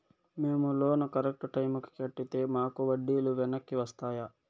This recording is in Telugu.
మేము లోను కరెక్టు టైముకి కట్టితే మాకు వడ్డీ లు వెనక్కి వస్తాయా?